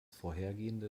vorhergehende